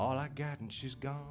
all i got and she's go